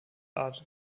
art